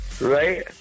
Right